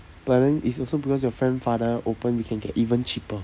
but then it's also because your friend father open we can get even cheaper